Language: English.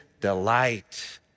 delight